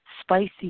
spicy